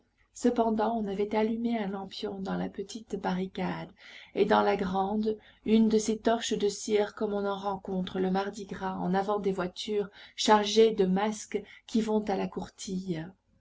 cependant on avait allumé un lampion dans la petite barricade et dans la grande une de ces torches de cire comme on en rencontre le mardi gras en avant des voitures chargées de masques qui vont à la courtille